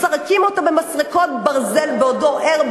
מסרקים את בשרו במסרקות ברזל בעודו ער,